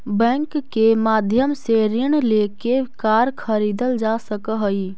bank के माध्यम से ऋण लेके कार खरीदल जा सकऽ हइ